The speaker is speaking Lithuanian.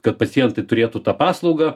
kad pacientai turėtų tą paslaugą